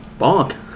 Bonk